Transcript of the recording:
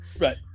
right